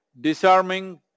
disarming